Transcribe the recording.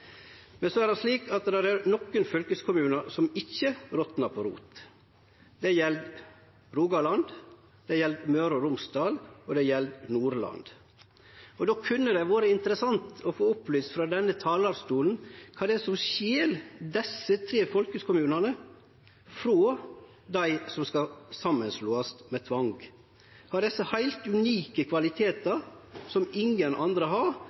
Men så er det slik at det er nokre fylkeskommunar som ikkje rotnar på rot. Det gjeld Rogaland, det gjeld Møre og Romsdal, og det gjeld Nordland. Då kunne det vore interessant å få opplyst frå denne talarstolen kva det er som skil desse tre fylkeskommunane frå dei som skal slåast saman med tvang. Har desse heilt unike kvalitetar som ingen andre har,